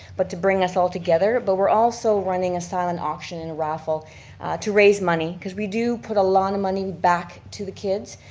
but to bring us all together, but we're also running a silent auction and raffle to raise money. cause we do put a lot of money back to the kids.